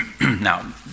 now